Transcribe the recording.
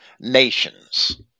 nations